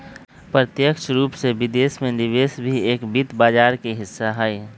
प्रत्यक्ष रूप से विदेश में निवेश भी एक वित्त बाजार के हिस्सा हई